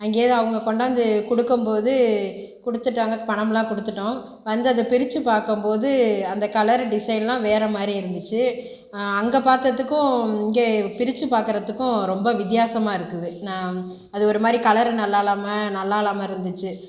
அங்கேருந்து அவங்க கொண்டாந்து கொடுக்கும் போது கொடுத்துட்டாங்க பணம்லாம் கொடுத்துட்டோம் வந்து அதை பிரிச்சு பார்க்கும் போது அந்த கலர் டிசைன்லாம் வேற மாதிரி இருந்துச்சு அங்கே பார்க்கறதுக்கும் இங்கே பிரிச்சு பார்க்கறதுக்கும் ரொம்ப வித்தியாசமாக இருக்குது நா அது ஒருமாதிரி கலர் நல்லாலாமல் நல்லாலாமல் இருந்துச்சு